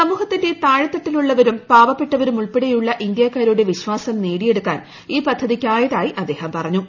സമൂഹത്തിന്റെ താഴെത്തട്ടിലുള്ളവരും പാവപ്പെട്ടവരും ഉൾപ്പെടെയുള്ള ഇന്ത്യക്കാരുടെ വിശ്വാസം നേടിയെടുക്കാൻ ഈ പദ്ധതിയ്ക്കായതായി അദ്ദേഹം പറഞ്ഞു